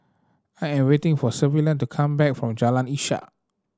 I am waiting for Sullivan to come back from Jalan Ishak